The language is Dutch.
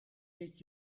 zit